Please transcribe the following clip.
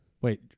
Wait